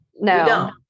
No